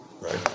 Right